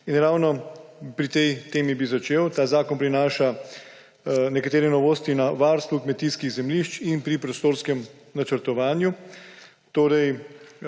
Ravno pri tej temi bi začel. Ta zakon prinaša nekatere novosti na varstvu kmetijskih zemljišč in pri prostorskem načrtovanju.